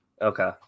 Okay